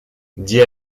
dit